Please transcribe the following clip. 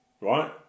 right